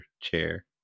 chair